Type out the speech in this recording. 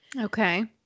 Okay